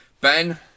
Ben